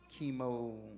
chemo